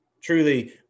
truly